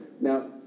Now